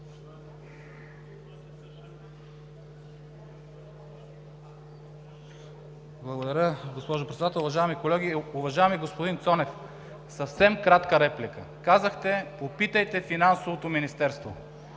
Благодаря, госпожо Председател. Уважаеми колеги, уважаеми господин Цонев! Съвсем кратка реплика. Казахте: „Попитайте Финансовото министерство.“